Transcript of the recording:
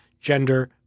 gender